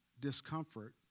discomfort